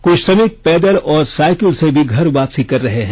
कुछ श्रमिक पैदल और साईकिल से भी घर वापसी कर रहे हैं